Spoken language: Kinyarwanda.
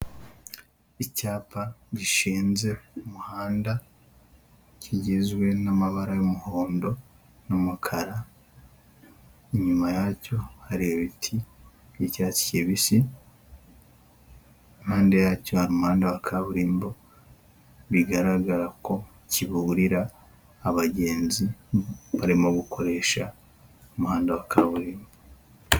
Icyapa gishinze ku muhanda kigizwe n'amabara y'umuhondo n'umukara, inyuma yacyo hari ibiti by'icyatsi kibisi, impande yacyo hari umuhanda wa kaburimbo, bigaragara ko kiburira abagenzi barimo gukoresha umuhanda wa kaburimbo.